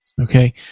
Okay